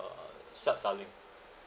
short selling